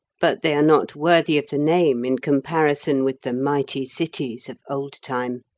but they are not worthy of the name in comparison with the mighty cities of old time.